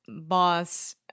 boss